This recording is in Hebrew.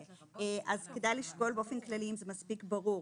כדאי לשקול באופן כללי אם זה מספיק ברור.